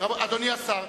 אדוני השר,